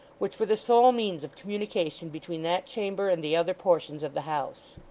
which were the sole means of communication between that chamber and the other portions of the house.